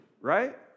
right